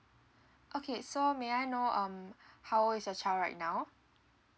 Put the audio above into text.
okay so may I know um how old is your child right now